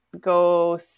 go